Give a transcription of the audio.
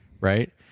Right